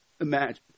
imagine